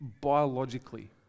biologically